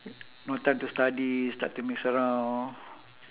no time to study start to mix around